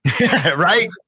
Right